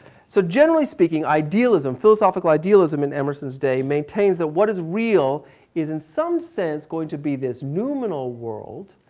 so generally speaking, idealism, philosophical idealism in emerson's day maintains that what is real is in some sense going to be this nominal world,